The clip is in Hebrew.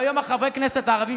והיום חברי הכנסת הערבים,